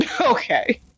okay